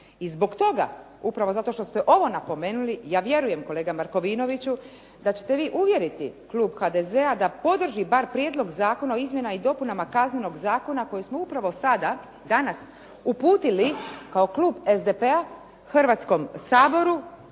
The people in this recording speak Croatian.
I zbog toga upravo zato što ste ovo napomenuli ja vjerujem kolega Markovinoviću da ćete vi uvjeriti klub HDZ-a da podrži bar Prijedlog zakona o izmjenama i dopunama Kaznenog zakona koji smo upravo sada danas uputili kao klub SDP-a Hrvatskom saboru